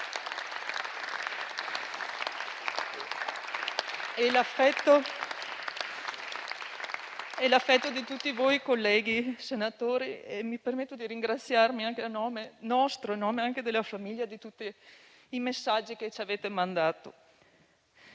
l'affetto di tutti voi, colleghi senatori, mi permetto di ringraziarvi, a nome nostro e della famiglia, per tutti i messaggi che ci avete mandato.